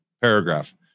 paragraph